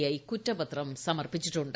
I കുറ്റപത്രം സമർപ്പിച്ചിട്ടുണ്ട്